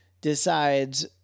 decides